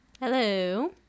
Hello